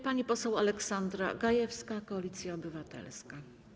Pani poseł Aleksandra Gajewska, Koalicja Obywatelska.